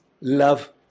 love